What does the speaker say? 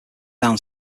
down